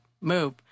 move